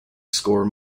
score